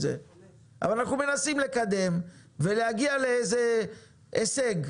אבל אנחנו מנסים לקדם ולהגיע לאיזה הישג.